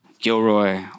Gilroy